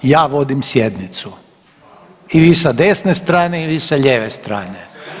Ja vodim sjednicu i vi sa desne strane i vi sa lijeve strane.